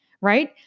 right